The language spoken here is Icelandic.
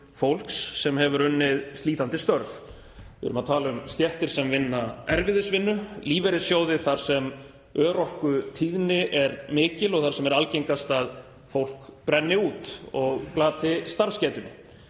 sem hefur unnið slítandi störf. Við erum að tala um stéttir sem vinna erfiðisvinnu, lífeyrissjóði þar sem örorkutíðni er mikil og þar sem er algengast að fólk brenni út og glati starfsgetunni.